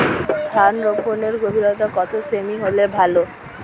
ধান রোপনের গভীরতা কত সেমি হলে ভালো?